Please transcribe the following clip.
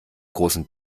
großen